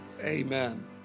amen